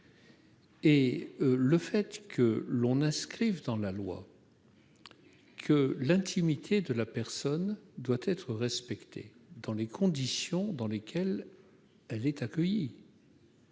Le fait d'inscrire dans la loi que l'intimité de la personne doit être respectée dans les conditions dans lesquelles elle est accueillie